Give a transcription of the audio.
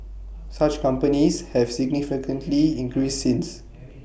such companies have significantly increased since